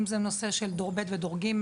אם זה נושא של דור ב' ודור ג',